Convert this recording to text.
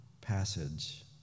passage